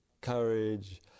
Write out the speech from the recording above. courage